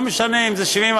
לא משנה אם זה 75%,